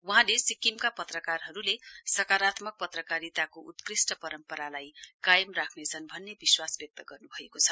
वहाँले सिक्किमका पत्रकारहरुले सकारत्मक पत्रकारिताको उत्कृष्ट परम्परालाई कायम राख्ने छन् भन्ने विश्वास व्यक्त गर्नुभएको छ